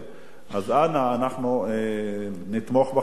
אז אנחנו נתמוך בחוק הזה,